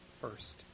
first